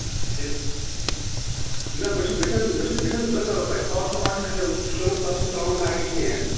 ٹھیٖک نہ مےٚ چھِ مےٚ چھَنہٕ مے چھَنہٕ مے چھَنہٕ زٕ ٹٔرپ تَتہِ اَکھ چھِ مےٚ آٹِفِشَل ٹٔرٕپ تَتھ چھِنہٕ تراوُن میٹ کِہیٖنۍ